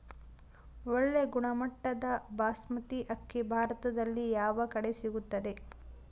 ಒಳ್ಳೆ ಗುಣಮಟ್ಟದ ಬಾಸ್ಮತಿ ಅಕ್ಕಿ ಭಾರತದಲ್ಲಿ ಯಾವ ಕಡೆ ಸಿಗುತ್ತದೆ?